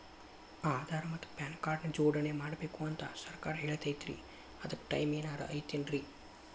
ಆಧಾರ ಮತ್ತ PAN card ನ ಜೋಡಣೆ ಮಾಡ್ಬೇಕು ಅಂತಾ ಸರ್ಕಾರ ಹೇಳೈತ್ರಿ ಅದ್ಕ ಟೈಮ್ ಏನಾರ ಐತೇನ್ರೇ?